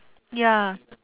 ya